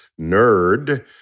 nerd